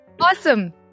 Awesome